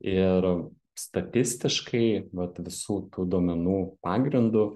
ir statistiškai vat visų tų duomenų pagrindu